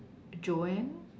Joanne